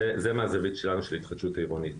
זה מהזווית שלנו, של ההתחדשות העירונית.